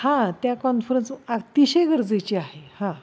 हां त्या कॉन्फरन्स अत्तिशय गरजीचे आहे हां